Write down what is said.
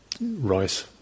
rice